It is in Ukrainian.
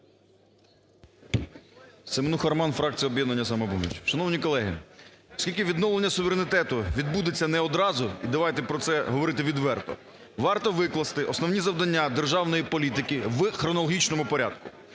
Семенуха Роман, фракція "Об'єднання "Самопоміч". Шановні колеги, оскільки відновлення суверенітету відбудеться не одразу і давайте про це говорити відверто, варто викласти основні завдання державної політики у хронологічному порядку.